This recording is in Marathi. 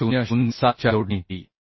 800 2007 च्या जोडणी डी